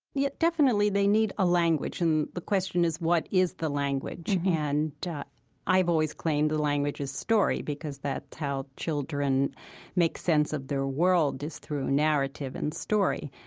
yeah, definitely, they need a language, and the question is what is the language? and i've always claimed the language is story, because that's how children make sense of their world is through narrative and story.